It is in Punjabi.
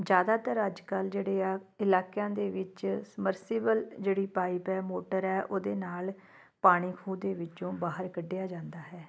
ਜ਼ਿਆਦਾਤਰ ਅੱਜ ਕੱਲ੍ਹ ਜਿਹੜੇ ਆ ਇਲਾਕਿਆਂ ਦੇ ਵਿੱਚ ਸਮਰਸੀਬਲ ਜਿਹੜੀ ਪਾਈਪ ਹੈ ਮੋਟਰ ਹੈ ਉਹਦੇ ਨਾਲ ਪਾਣੀ ਖੂਹ ਦੇ ਵਿੱਚੋਂ ਬਾਹਰ ਕੱਢਿਆ ਜਾਂਦਾ ਹੈ